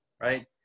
right